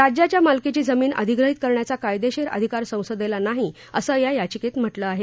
राज्याच्या मालकीची जमीन अधिग्रहित करण्याचा कायदेशीर अधिकार संसदेला नाही असं या याचिकेत म्हटलं आहे